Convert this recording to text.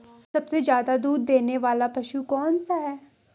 सबसे ज़्यादा दूध देने वाला पशु कौन सा है?